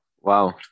Wow